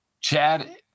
Chad